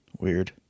Weird